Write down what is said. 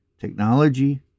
Technology